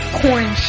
corn